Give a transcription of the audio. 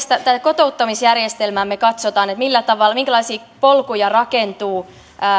kotouttamisjärjestelmäämme katsotaan että minkälaisia polkuja rakentuu